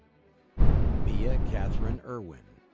mia catherine irwin,